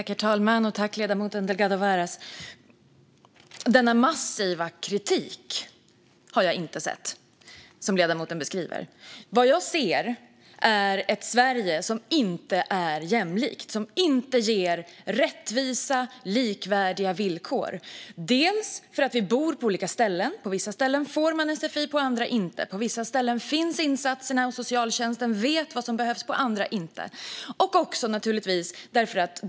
Herr talman! Den massiva kritik som ledamoten beskriver har jag inte sett. Det jag ser är ett Sverige som inte är jämlikt och som inte ger rättvisa och likvärdiga villkor. Det beror bland annat på att vi bor på olika ställen. På vissa ställen får man sfi; på andra får man det inte. På vissa ställen finns insatserna, och socialtjänsten vet vad som behövs; på andra gör det inte det.